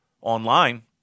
online